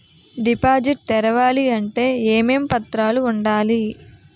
Deposit తెరవాలి అంటే ఏమేం పత్రాలు ఉండాలి?